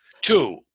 Two